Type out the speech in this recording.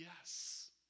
yes